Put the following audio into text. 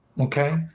Okay